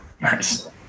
Nice